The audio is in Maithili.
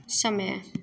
समय